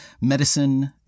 medicine